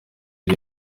iri